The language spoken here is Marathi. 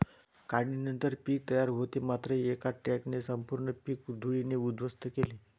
काढणीनंतर पीक तयार होते मात्र एका ट्रकने संपूर्ण पीक धुळीने उद्ध्वस्त केले